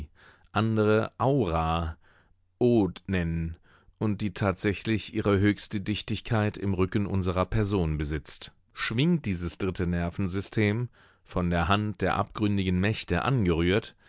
andere aura od nennen und die tatsächlich ihre höchste dichtigkeit im rücken unserer person besitzt schwingt dieses dritte nervensystem von der hand der abgründigen mächte angerührt